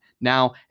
Now